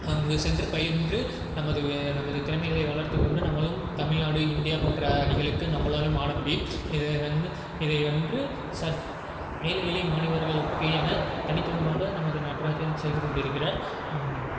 அங்கு சென்று பயின்று நமது நமது திறமைகளை வளர்த்துக்கொண்டு நம்மளும் தமிழ்நாடு இந்தியா போன்ற அணிகளுக்கு நம்மளாலும் ஆடமுடியும் இதை வந்து இதை வந்து சற் ஏழை எளிய மாணவர்களுக்கு என தனித்துவமாக நமது நட்ராஜன் செய்துகொண்டு இருக்கிறார்